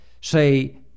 Say